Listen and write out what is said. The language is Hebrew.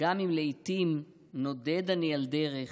/ גם אם לעיתים נודד אני על דרך,